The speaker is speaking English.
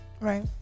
Right